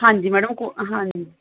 ਹਾਂਜੀ ਮੈਡਮ ਕੋ ਹਾਂਜੀ